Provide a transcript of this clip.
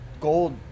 gold